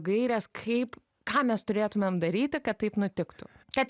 gairės kaip ką mes turėtumėm daryti kad taip nutiktų kad